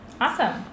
Awesome